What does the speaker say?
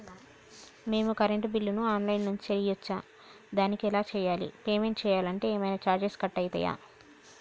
మేము కరెంటు బిల్లును online నుంచి చేయచ్చా? దానికి ఎలా చేయాలి? పేమెంట్ చేయాలంటే ఏమైనా చార్జెస్ కట్ అయితయా?